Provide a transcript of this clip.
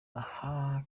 aha